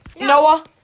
Noah